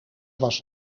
was